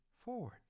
forward